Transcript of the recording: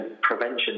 prevention